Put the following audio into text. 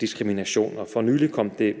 diskrimination. For nylig kom det